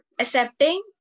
accepting